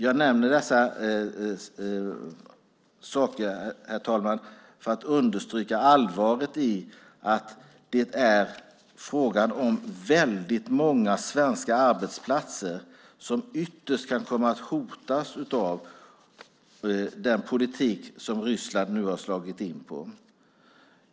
Jag nämner dessa saker, herr talman, för att understryka allvaret i att det är fråga om många svenska arbetsplatser som ytterst kan komma att hotas av den politik som Ryssland har slagit in på.